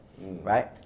right